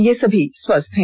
ये सभी स्वस्थ हैं